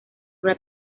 una